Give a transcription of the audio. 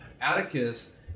Atticus